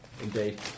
Indeed